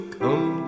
come